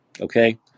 Okay